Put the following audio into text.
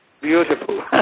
Beautiful